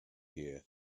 gear